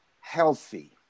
healthy